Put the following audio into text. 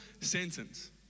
sentence